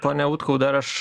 pone utkau dar aš